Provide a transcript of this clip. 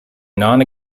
non